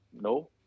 No